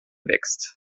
wächst